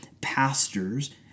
pastors